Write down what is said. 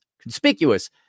conspicuous